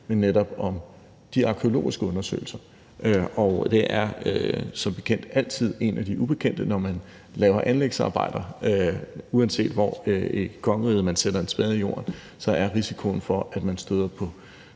men netop om de arkæologiske undersøgelser, og det er som bekendt altid en af de ubekendte, når man laver anlægsarbejder, for uanset hvor i kongeriget man sætter en spade i jorden, er risikoen for, at man støder på